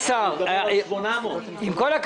צריך